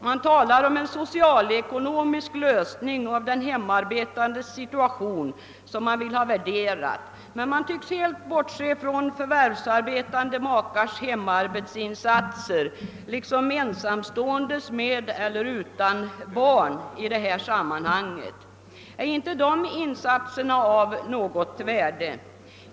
De skriver om en socialekonomisk lösning av den hemarbetandes situation och vill ha en värdering till stånd, men de tycks helt bortse från förvärvsarbetande makars hemarbetsinsatser liksom från ensamståendes — med eller utan barn — arbetsinsatser i dessa sammanhang. Är inte dessa insatser av något värde?